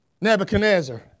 Nebuchadnezzar